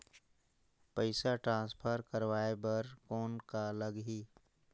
पइसा ट्रांसफर करवाय बर कौन का लगही?